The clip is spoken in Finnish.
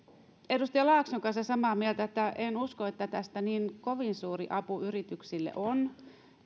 edustaja laakson kanssa samaa mieltä siinä etten usko että tästä niin kovin suuri apu yrityksille on